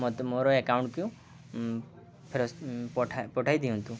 ମୋତେ ମୋର ଏକାଉଉଣ୍ଟକୁ ଫେରସ୍ତ ପଠାଇ ଦିଅନ୍ତୁ